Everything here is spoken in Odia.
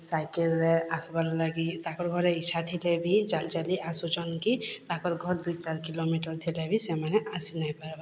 ସାଇକେଲ୍ରେ ଆସ୍ବାର୍ ଲାଗି ତାକର୍ ଘରେ ଇଚ୍ଛା ଥିଲେ ବି ଚାଲି ଚାଲି ଆସୁଛନ୍ କି ତାକର୍ ଘର୍ ଦୁଇ ଚାର୍ କିଲୋମିଟର୍ ଦୂରେ ଥିଲେ ବି ସେମାନେ ଆସି ନାଇଁ ପାର୍ବା